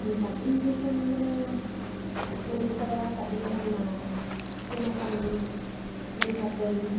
ᱮᱱᱠᱷᱟᱱ ᱩᱱ ᱡᱚᱠᱷᱚᱱ ᱢᱟᱱᱮ ᱠᱚ ᱱᱮᱶᱛᱟ ᱵᱟᱲᱟ ᱟᱠᱟᱫᱤᱧ ᱠᱷᱟᱱ ᱢᱟ ᱥᱮᱱ ᱟᱠᱟᱱ ᱜᱮᱭᱟᱹᱧ ᱥᱮᱱ ᱠᱟᱛᱮᱫ